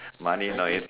money not in